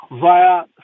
via